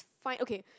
fine okay